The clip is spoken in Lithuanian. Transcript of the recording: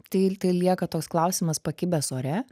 tai tai lieka toks klausimas pakibęs ore